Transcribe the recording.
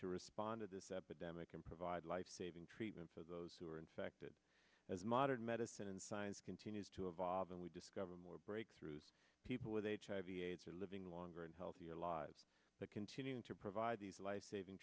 to respond to this epidemic and provide lifesaving treatment for those who are infected as modern medicine and science continues to evolve and we discover more breakthroughs people with hiv aids are living longer and healthier lives that continue to provide these lifesaving